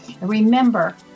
remember